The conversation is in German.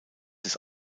des